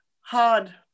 hard